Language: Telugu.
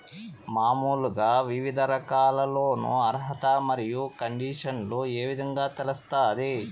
మామూలుగా వివిధ రకాల లోను అర్హత మరియు కండిషన్లు ఏ విధంగా తెలుస్తాది?